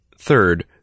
Third